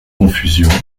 confusions